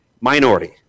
minority